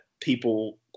people –